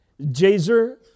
Jazer